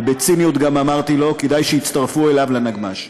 ובציניות גם אמרתי לו: כדאי שיצטרפו אליו לנגמ"ש.